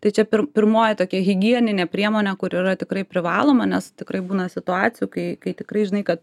tai čia pirmoji tokia higieninė priemonė kur yra tikrai privaloma nes tikrai būna situacijų kai kai tikrai žinai kad